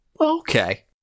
okay